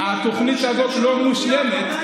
התוכנית הזאת לא מושלמת,